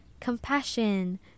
compassion